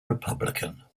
republican